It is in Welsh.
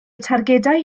targedau